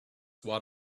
what